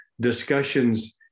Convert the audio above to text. discussions